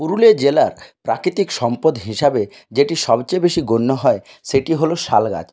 পুরুলিয়া জেলার প্রাকৃতিক সম্পদ হিসাবে যেটি সবচেয়ে বেশি গণ্য হয় সেটি হল শাল গাছ